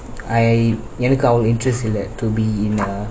I எனக்கு அவ்ளொ:enakku avlo interest illa to be in a